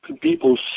people